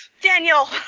Daniel